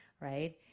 Right